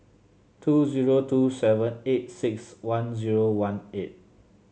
two zero two seven eight six one zero one eight